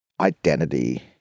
identity